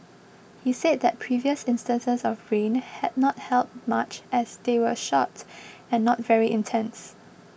he said that previous instances of rain had not helped much as they were short and not very intense